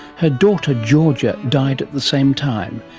her daughter georgia died at the same time,